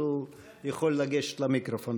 אז הוא יכול לגשת למיקרופון.